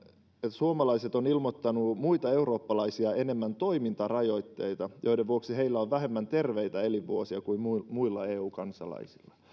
suomalaiset ovat ilmoittaneet muita eurooppalaisia enemmän toimintarajoitteita joiden vuoksi heillä on vähemmän terveitä elinvuosia kuin muilla muilla eu kansalaisilla